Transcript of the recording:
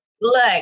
Look